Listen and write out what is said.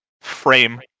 frame